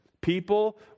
People